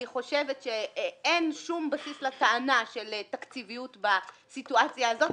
אני חושבת שאין שום בסיס לטענה של תקציביות בסיטואציה הזאת.